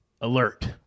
alert